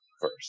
first